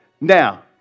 Now